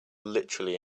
literally